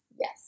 yes